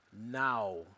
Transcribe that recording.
now